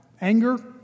anger